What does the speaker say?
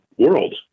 world